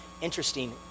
interesting